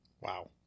Wow